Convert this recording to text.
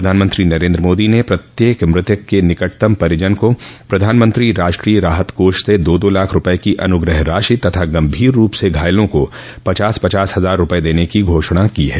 प्रधानमंत्री नरेन्द्र मोदी ने प्रत्येक मृतक के निकटतम परिजन को प्रधानमंत्री राष्ट्रीय राहत कोष से दो दो लाख रुपये की अनुग्रह राशि तथा गंभीर रूप से घायलों को पचास पचास हजार रुपये देने की घोषणा की है